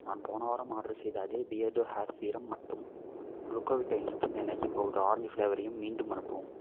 நான் போன வாரம் ஆர்ட்ரு செய்த அதே பியர்டோ ஹேர் சீரம் மற்றும் Glucovita instant energy powder orange ஃப்ளேவரையும் மீண்டும் அனுப்பவும்